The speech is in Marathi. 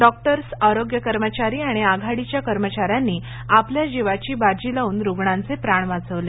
डॉक्टर्स आरोग्य कर्मचारी आणि आघाडीच्या कर्मचाऱ्यांनी आपल्या जीवाची बाजी द लावून रुग्णांचे प्राण वाचवले